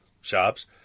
shops